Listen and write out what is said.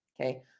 okay